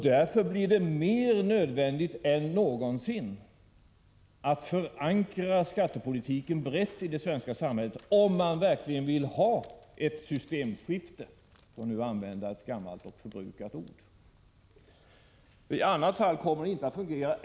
Därför blir det mer nödvändigt än någonsin att brett förankra skattepolitiken i det svenska samhället — om man verkligen vill ha ett systemskifte. I annat fall kommer det inte att fungera.